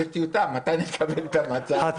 זאת טיוטה מתי נקבל מצע?